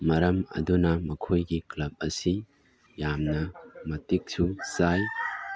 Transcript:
ꯃꯔꯝ ꯑꯗꯨꯅ ꯃꯈꯣꯏꯒꯤ ꯀ꯭ꯂꯕ ꯑꯁꯤ ꯌꯥꯝꯅ ꯃꯇꯤꯛꯁꯨ ꯆꯥꯏ